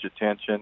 attention